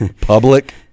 public